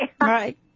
right